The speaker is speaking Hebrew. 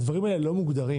הדברים האלה לא מוגדרים.